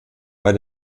bei